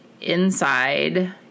inside